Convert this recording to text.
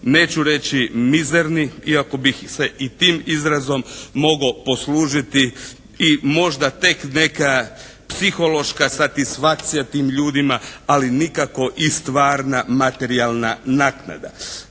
neću reći mizerni iako bih se i tim izrazom mogao poslužiti i možda tek neka psihološka satisfakcija tim ljudima ali nikako i stvarna materijalna naknada.